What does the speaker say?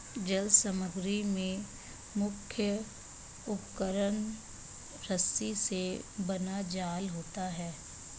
जल समग्री में मुख्य उपकरण रस्सी से बना जाल होता है